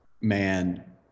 man